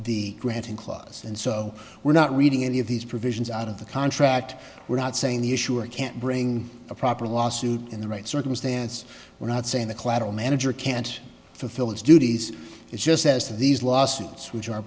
the granting clause and so we're not reading any of these provisions out of the contract we're not saying the issuer can't bring a proper lawsuit in the right circumstance we're not saying the collateral manager can't fulfill its duties it just says that these lawsuits which are